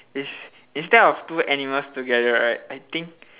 ins~ instead of two animals together right I think